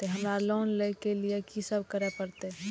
हमरा लोन ले के लिए की सब करे परते?